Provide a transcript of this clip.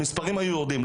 המספרים היו יורדים.